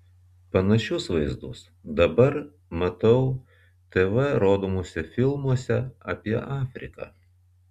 panašius vaizdus dabar matau tv rodomuose filmuose apie afriką